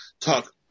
talk